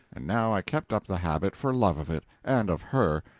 and now i kept up the habit for love of it, and of her,